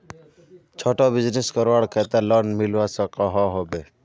छोटो बिजनेस करवार केते लोन मिलवा सकोहो होबे?